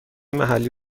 محلی